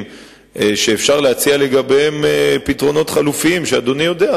שאפשר להציע לגביהם פתרונות חלופיים שאדוני יודע,